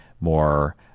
more